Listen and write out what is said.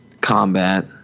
combat